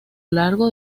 largo